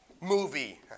movie